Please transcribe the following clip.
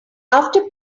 after